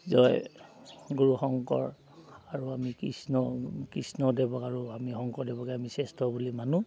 জয় গুৰু শংকৰ আৰু আমি কৃষ্ণ কৃষ্ণদেৱক আৰু আমি শংকৰদেৱকে আমি শ্ৰেষ্ঠ বুলি মানো